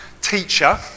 teacher